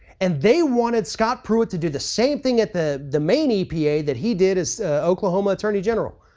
and they wanted scott pruitt to do the same thing at the the main epa that he did as oklahoma attorney general,